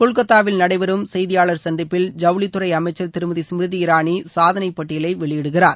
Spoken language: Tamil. கொல்கத்தாவில் நடைபெறும் செய்தியாளர் சந்திப்பில் ஜவுளித்துறை அமைச்சர் திருமதி ஸ்மிருதி இரானி சாதனை பட்டியலை வெளியிடுகிறார்